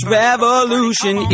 revolution